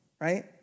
right